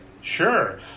Sure